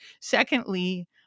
Secondly